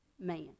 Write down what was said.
man